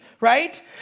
right